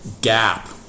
gap